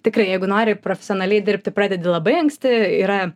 tikrai jeigu nori profesionaliai dirbti pradedi labai anksti yra